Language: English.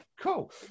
cool